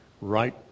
right